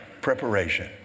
Preparation